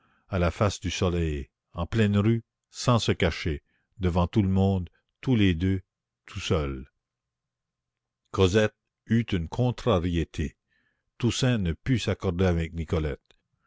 à la face du soleil en pleine rue sans se cacher devant tout le monde tous les deux tout seuls cosette eut une contrariété toussaint ne put s'accorder avec nicolette